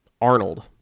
Arnold